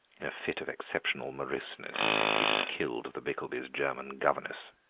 in a fit of exceptional moroseness it had killed the bickelbys' german governess.